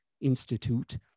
Institute